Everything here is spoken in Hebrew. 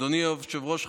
אדוני היושב-ראש,